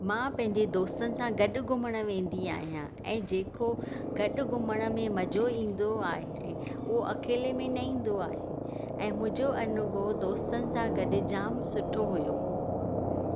मां पंहिंजे दोस्तनि सां गॾु घुमणु वेंदी आहियां ऐं जेको गॾु घुमण में मज़ो ईंदो आहे उहा अकेले में न ईंदो आहे ऐं मुंहिंजो अनुभव दोस्तनि सां गॾु जाम सुठो हुओ